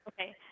okay